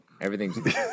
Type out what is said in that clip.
Everything's